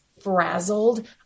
frazzled